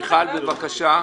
מיכל, בבקשה.